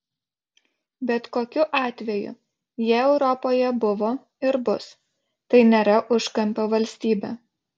bet kokiu atveju jie europoje buvo ir bus tai nėra užkampio valstybė